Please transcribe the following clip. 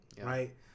right